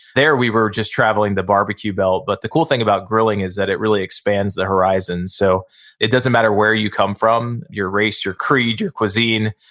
there, we were just traveling the barbecue belt. but the cool thing about grilling is that it really expands the horizons. so it doesn't matter where you come from, your race, your creed, your cuisine,